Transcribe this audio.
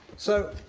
so,